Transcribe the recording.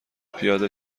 پیاده